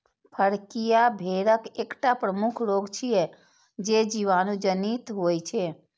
फड़कियां भेड़क एकटा प्रमुख रोग छियै, जे जीवाणु जनित होइ छै